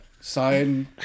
sign